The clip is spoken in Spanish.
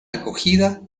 acogida